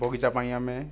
ବଗିଚା ପାଇଁ ଆମେ